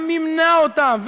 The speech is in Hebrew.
ומימנה אותם,